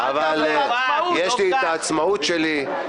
אבל יש לי את העצמאות שלי,